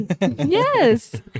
yes